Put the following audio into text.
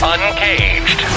Uncaged